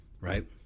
right